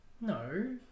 No